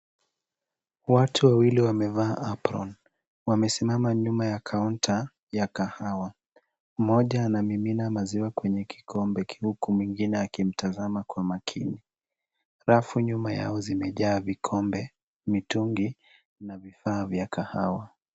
Watu wawili wamevaa apron wamesimama nyuma ya kaunta ya kahawa. Mmoja anamimina maziwa kwenye kikombe huku mwingine akimtazama kwa makini. Rafu nyuma yao zimejaa vikombe, mitungi na vifaa vya kahawa.